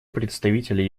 представителя